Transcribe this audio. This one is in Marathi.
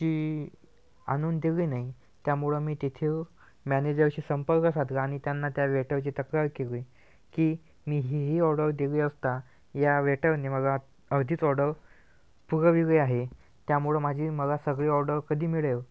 ची आणून ठेवली नाही त्यामुळे म्हणून मी तेथील मॅनेजरशी संपर्क साधला आणि त्यांना त्या वेटरची तक्रार केली की मी ही ही ऑर्डर दिली असता या वेटरने मला अर्धीच ऑर्डर पुरवलेली आहे त्यामुळे माझी मला सगळी ऑर्डर कधी मिळेल